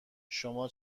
شما